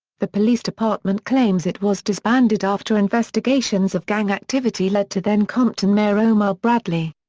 the police department claims it was disbanded after investigations of gang activity led to then-compton mayor omar bradley.